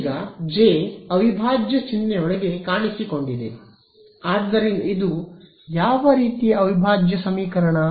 ಈಗ ಜೆ ಅವಿಭಾಜ್ಯ ಚಿಹ್ನೆಯೊಳಗೆ ಕಾಣಿಸಿಕೊಂಡಿದೆ ಆದ್ದರಿಂದ ಇದು ಯಾವ ರೀತಿಯ ಅವಿಭಾಜ್ಯ ಸಮೀಕರಣ